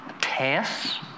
tests